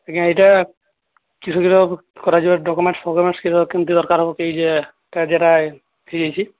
ଆଜ୍ଞା ଏଇଟା କିସ କିସ କରାଯିବ ଡକ୍ୟୁମେଣ୍ଟସ୍ ଫକ୍ୟୁମେଣ୍ଟସ୍ କିସ କେମିତି ଦରକାର ହେବ କି ଯେ ଯେଉଁଟା ଫ୍ରି ହୋଇଛି